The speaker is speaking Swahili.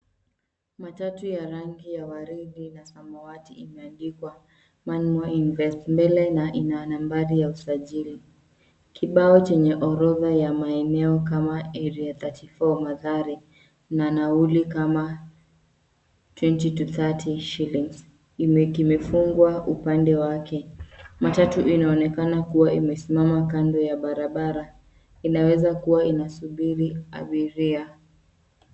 Matatu ya rangi ya waridi na samawati imeandikwa manmo invest mbele na ina nambari ya usajili. Kibao chenye orodha ya maeneo kama area 34 mathari na nauli kama 20 to 30 shillings kimefungwa upande wake. Matatu inaonekana kuwa imesimama kando ya barabara. Inaweza kuwa inasubiri abiria.